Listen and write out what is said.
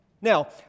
Now